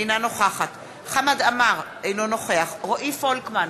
אינה נוכחת חמד עמאר, אינו נוכח רועי פולקמן,